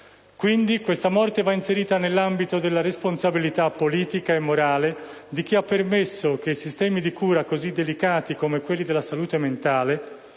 Quindi, questa morte va inserita nell'ambito della responsabilità politica e morale di chi ha permesso che sistemi di cura così delicati, come quelli relativi alla salute mentale